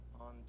on